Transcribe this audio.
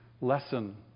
lesson